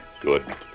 Good